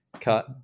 cut